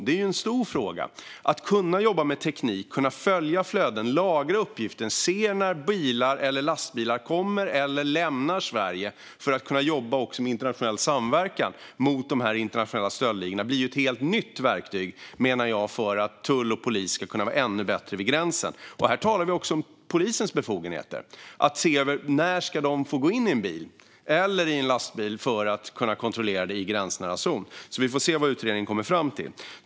Det är en stor fråga. Att kunna jobba med teknik, följa flöden, lagra uppgifter och se när bilar eller lastbilar kommer till eller lämnar Sverige, för att kunna jobba med internationell samverkan mot de internationella stöldligorna, blir ett helt nytt verktyg, menar jag, för att tull och polis ska kunna bli ännu bättre vid gränsen. Här talar vi om polisens befogenheter och när de ska få gå in i en bil eller lastbil för att kunna kontrollera i gränsnära zon. Vi får se vad utredningen kommer fram till.